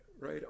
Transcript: right